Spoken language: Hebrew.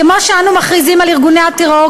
כמו שאנו מכריזים על ארגוני הטרור,